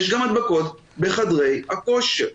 יש גם הדבקות בחדרי הכושר.